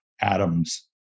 atoms